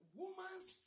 woman's